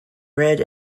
read